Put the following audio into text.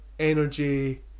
Energy